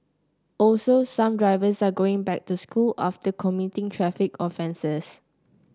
also some drivers are going back to school after committing traffic offences